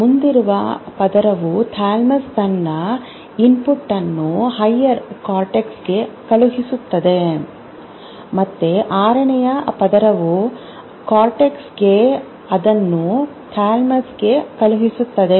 ಮುಂದಿರುವ ಪದರವು ಥಾಲಮಸ್ ತನ್ನ ಇನ್ಪುಟ್ ಅನ್ನು ಹೈಯರ್ ಕಾರ್ಟೆಕ್ಸ್ಗೆ ಕಳುಹಿಸುತ್ತದೆ ಮತ್ತು ಆರನೇ ಪದರವು ಕಾರ್ಟೆಕ್ಸ್ ಅದನ್ನು ಥಾಲಮಸ್ಗೆ ಕಳುಹಿಸುತ್ತದೆ